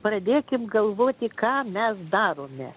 pradėkim galvoti ką mes darome